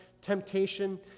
temptation